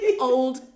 old